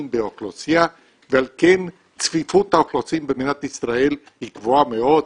באוכלוסייה ועל כן צפיפות האוכלוסין במדינת ישראל היא גבוהה מאוד.